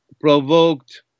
provoked